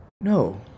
No